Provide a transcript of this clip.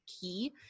key